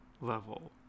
level